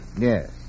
Yes